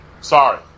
Sorry